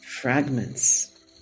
fragments